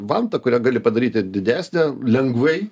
vanta kurią gali padaryti didesnę lengvai